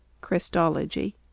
Christology